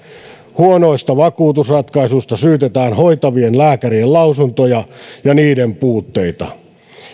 huonoista vakuutusratkaisuista syytetään hoitavien lääkärien lausuntoja ja niiden puutteita